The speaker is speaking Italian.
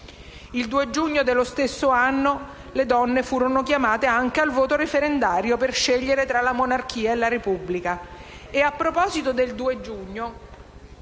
Il 2 giugno dello stesso anno le donne furono chiamate anche al voto referendario per scegliere tra la monarchia e la Repubblica.